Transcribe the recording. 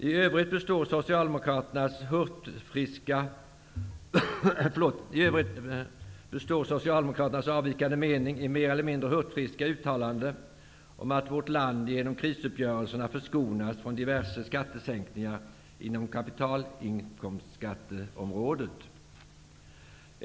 I övrigt består Socialdemokraternas avvikande mening i mer eller mindre hurtfriska uttalanden om att vårt land genom krisuppgörelserna förskonats från diverse skattesänkningar inom kapitalinkomstskatteområdet.